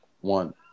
One